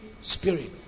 Spirit